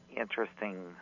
interesting